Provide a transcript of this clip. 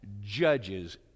judges